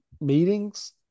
meetings